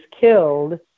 killed